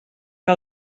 que